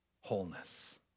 wholeness